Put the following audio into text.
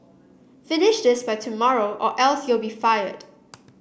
finish this by tomorrow or else you'll be fired